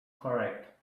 correct